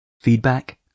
Feedback